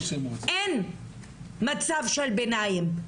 אין מצב של ביניים.